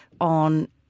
on